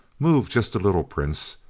move just a little, prince.